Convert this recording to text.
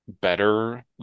better